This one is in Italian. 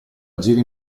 agire